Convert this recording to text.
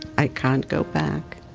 i can't go back.